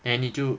then 你就